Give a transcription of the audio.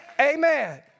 Amen